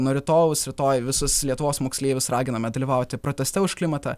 nuo rytojaus rytoj visus lietuvos moksleivius raginame dalyvauti proteste už klimatą